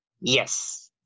Yes